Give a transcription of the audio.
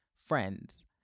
Friends